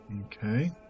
Okay